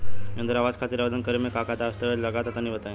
इंद्रा आवास खातिर आवेदन करेम का का दास्तावेज लगा तऽ तनि बता?